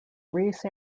reese